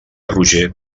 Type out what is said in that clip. roger